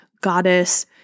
goddess